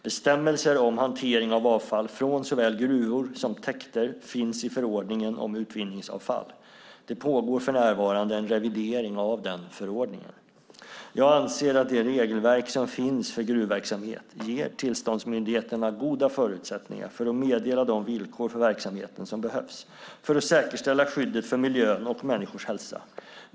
Bestämmelser om hantering av avfall från såväl gruvor som täkter finns i förordningen om utvinningsavfall. Det pågår för närvarande en revidering av den förordningen. Jag anser att det regelverk som finns för gruvverksamhet ger tillståndsmyndigheterna goda förutsättningar att meddela de villkor för verksamheten som behövs för att säkerställa skyddet för miljön och människors hälsa.